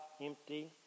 empty